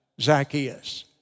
Zacchaeus